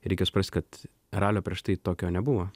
reikia suprasti kad ralio prieš tai tokio nebuvo